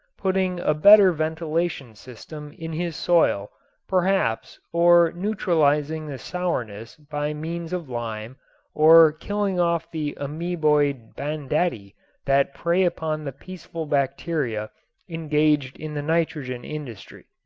putting a better ventilation system in his soil perhaps or neutralizing the sourness by means of lime or killing off the ameboid banditti that prey upon the peaceful bacteria engaged in the nitrogen industry.